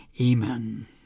Amen